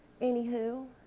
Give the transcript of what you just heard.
Anywho